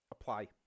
apply